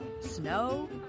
snow